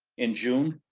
in june,